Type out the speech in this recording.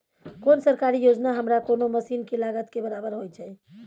कोन सरकारी योजना हमरा कोनो मसीन के लागत के बराबर होय छै?